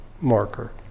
marker